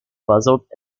puzzled